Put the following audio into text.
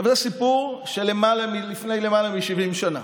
זה סיפור של למעלה מ-70 שנה.